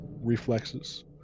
reflexes